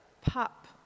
pop